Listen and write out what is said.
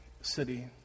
city